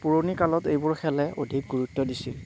পুৰণি কালত এইবোৰ খেলে অধিক গুৰুত্ব দিছিল